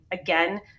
Again